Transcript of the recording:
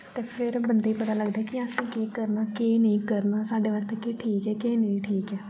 ते फिर बंदे गी पता लगदा कि असेंई केह् करना केह् नेईं करना साढ़े वास्तै केह् ठीक ऐ केह् नेईं ठीक ऐ